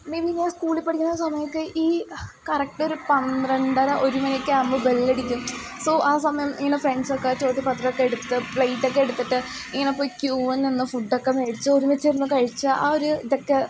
may be ഞാൻ സ്കൂളിൽ പഠിക്കുന്ന സമയമൊക്ക ഈ കറക്റ്റൊരു പന്ത്രണ്ടര ഒരു മണിയൊക്ക ആകുമ്പോൾ ബെല്ലടിക്കും സോ ആ സമയം ഇങ്ങനെ ഫ്രണ്ട്സൊക്കെ ചോറ്റു പാത്രമൊക്കെ എടുത്ത് പ്ലേറ്റൊക്കെ എടുത്തിട്ട് ഇങ്ങനെപോയി ക്യൂ നിന്ന് ഫുഡൊക്കെ മേടിച്ച് ഒരുമിച്ചിരുന്ന് കഴിച്ച് ആ ഒരു ഇതൊക്കെ